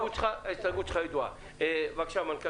יבגני, ההסתייגות שלך ידועה.